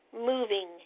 moving